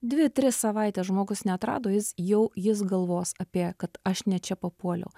dvi tris savaites žmogus neatrado jis jau jis galvos apie kad aš ne čia papuoliau